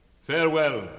Farewell